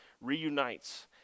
reunites